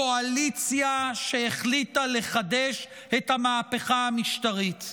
קואליציה שהחליטה לחדש את המהפכה המשטרית.